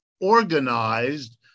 organized